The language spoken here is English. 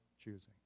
choosing